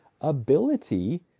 ability